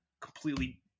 completely